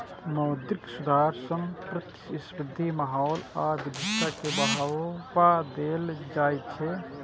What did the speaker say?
मौद्रिक सुधार सं प्रतिस्पर्धी माहौल आ विविधता कें बढ़ावा देल जाइ छै